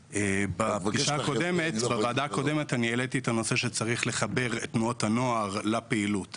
בוועדה הקודמת אני העליתי את הנושא שצריך לחבר את תנועות הנוער לפעילות,